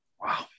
Wow